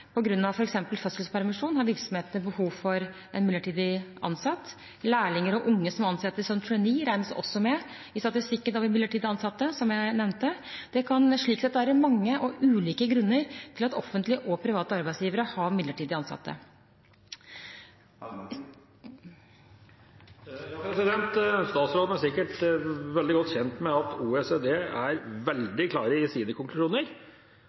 fødselspermisjon, har virksomhetene behov for en midlertidig ansatt. Lærlinger og unge som ansettes som trainee, regnes også med i statistikken over midlertidig ansatte, som jeg nevnte. Det kan slik sett være mange og ulike grunner til at offentlige og private arbeidsgivere har midlertidig ansatte. Statsråden er sikkert veldig godt kjent med at OECD er veldig klar i sine konklusjoner